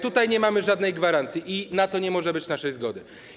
Tutaj nie mamy żadnej gwarancji i na to nie może być naszej zgody.